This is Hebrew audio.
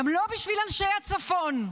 גם לא בשביל אנשי הצפון,